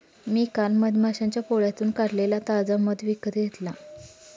मी काल मधमाश्यांच्या पोळ्यातून काढलेला ताजा मध विकत घेतला